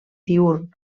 diürn